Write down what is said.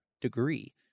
degree